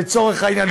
לצורך העניין,